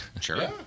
Sure